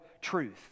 truth